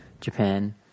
Japan